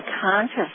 conscious